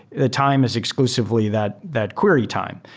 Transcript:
the time is exclusively that that query time.